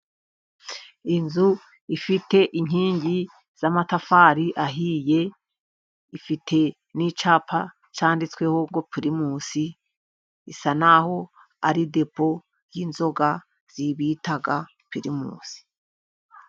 Inzu ifite inkingi z'amatafari ahiye, ifite n'icyapa cyanditsweho ngo pirimusi, isa n'aho ari depo y'inzoga, izi bita pirimusi.